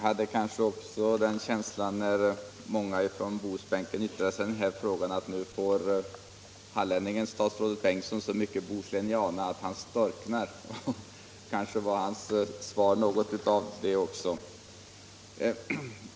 Herr talman! Också jag hade, när så många från Bohusbänken yttrade sig i den här frågan, en känsla av att hallänningen Bengtsson får höra så mycket bohusläniana att han storknar. Kanske tydde hans svar också på det.